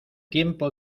tiempo